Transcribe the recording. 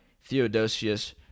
Theodosius